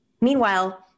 Meanwhile